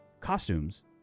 costumes